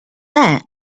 that